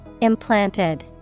IMPLANTED